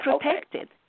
protected